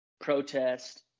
protest